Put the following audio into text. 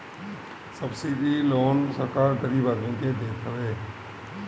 subsidy loan सरकार गरीब आदमी के देत हवे